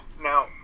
Now